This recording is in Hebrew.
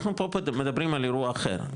אנחנו פה מדברים על אירוע אחר,